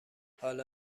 حالا